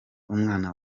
umwana